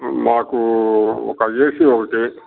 మాకు ఒక ఏసీ ఒకటి